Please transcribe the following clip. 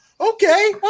Okay